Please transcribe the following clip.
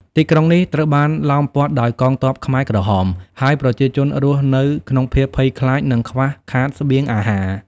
ទីក្រុងនេះត្រូវបានឡោមព័ទ្ធដោយកងទ័ពខ្មែរក្រហម ហើយប្រជាជនរស់នៅក្នុងភាពភ័យខ្លាច និងខ្វះខាតស្បៀងអាហារ។